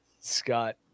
Scott